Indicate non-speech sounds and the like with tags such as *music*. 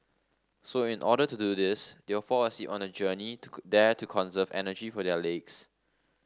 so in order to do this they'll fall asleep on the journey to *unintelligible* there to conserve energy for their legs